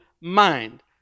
mind